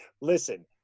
Listen